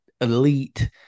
elite